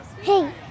Hey